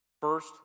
First